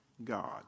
God